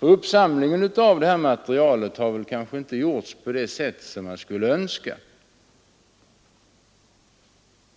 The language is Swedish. Uppsamlingen av det här materialet har kanske inte gjorts på det sätt som man skulle önska.